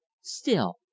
Still